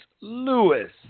Lewis